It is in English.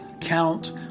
count